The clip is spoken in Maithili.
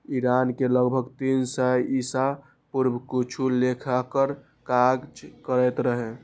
ईरान मे लगभग तीन सय ईसा पूर्व किछु लेखाकार काज करैत रहै